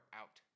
out